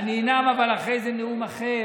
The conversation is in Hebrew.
אבל אחרי זה אני אנאם נאום אחר